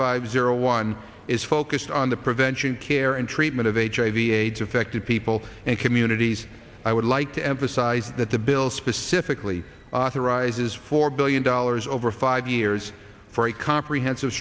five zero one is focused on the prevention care and treatment of hiv aids affected people and communities i would like to emphasize that the bill specifically authorizes four billion dollars over five years for a comprehensive